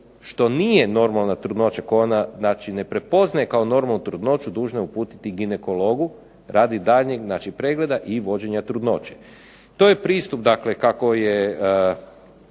što nije normalna trudnoća koju ona znači ne prepoznaje kao normalnu trudnoću dužna je uputiti ginekologu radi daljnjeg pregleda i vođenja trudnoće. To je pristup dakle